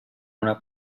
una